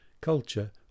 culture